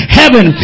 heaven